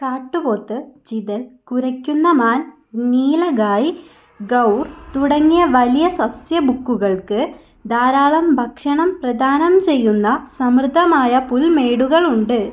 കാട്ടുപോത്ത് ചിതൽ കുരയ്ക്കുന്ന മാൻ നീലഗായ് ഗൗർ തുടങ്ങിയ വലിയ സസ്യഭുക്കുകൾക്ക് ധാരാളം ഭക്ഷണം പ്രദാനം ചെയ്യുന്ന സമൃദ്ധമായ പുൽമേടുകളുണ്ട്